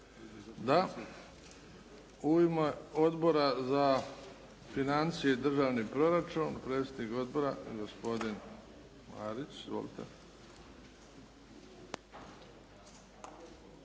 Da. U ime Odbora za financije i državni proračun, predsjednik odbora, gospodin Marić. Izvolite.